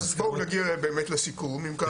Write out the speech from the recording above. אז בואו נגיע באמת לסיכום אם ככה,